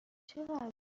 چقدر